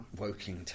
Woking